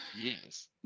Yes